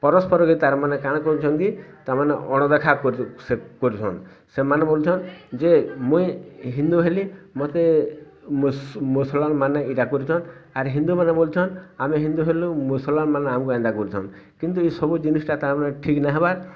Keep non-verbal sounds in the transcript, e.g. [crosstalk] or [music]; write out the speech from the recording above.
ପରସ୍ପର୍ ପରସ୍ପର୍ ରେ ତାର୍ ମାନେ କାଣା କରୁଛନ୍ତି ତାମାନେ ଅଣ ଦେଖା [unintelligible] କରୁଛନ୍ ସେମାନେ ବୋଲ୍ଛନ୍ ଯେ ମୁଇଁ ହିନ୍ଦୁ ହେଲି ମୋତେ ମୁସଲମାନ୍ ଏଇଟା କରୁଛନ୍ ଆର ହିନ୍ଦୁ ମାନେ ବୋଲୁଛନ୍ ଆମେ ହିନ୍ଦୁ ହେଲୁ ମୁସଲମାନ୍ ମାନେ ଆମକୁ ଏନ୍ତା କରୁଛନ୍ କିନ୍ତୁ ଏସବୁ ଜିନିଷ୍ ଟା ତାର୍ ମାନେ ଠିକ୍ ନେଇ ହେବାର୍